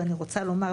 ואני רוצה לומר,